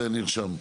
זה נרשם.